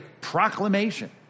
proclamation